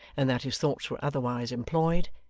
and that his thoughts were otherwise employed,